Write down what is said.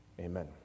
amen